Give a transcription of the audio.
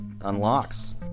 unlocks